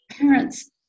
parents